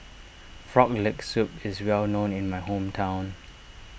Frog Leg Soup is well known in my hometown